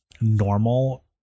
normal